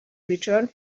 returned